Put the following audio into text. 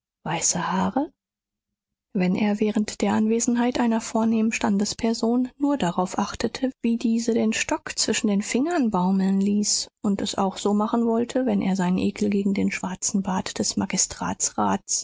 weiße haare wenn er während der anwesenheit einer vornehmen standesperson nur darauf achtete wie diese den stock zwischen den fingern baumeln ließ und es auch so machen wollte wenn er seinen ekel gegen den schwarzen bart des